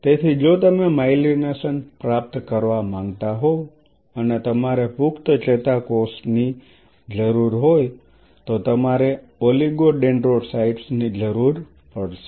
તેથી જો તમે માયલિનેશન પ્રાપ્ત કરવા માંગતા હો અને તમારે પુખ્ત ચેતાકોષની જરૂર હોય તો તમારે ઓલિગોડેન્ડ્રોસાયટ્સ ની જરૂર પડશે